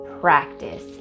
practice